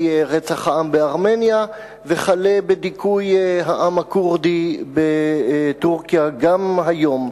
רצח העם בארמניה וכלה בדיכוי העם הכורדי בטורקיה גם היום.